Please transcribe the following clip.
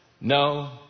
no